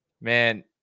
Man